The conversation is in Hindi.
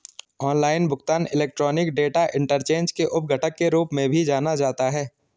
ऑनलाइन भुगतान इलेक्ट्रॉनिक डेटा इंटरचेंज के उप घटक के रूप में भी जाना जाता है